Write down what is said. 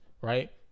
right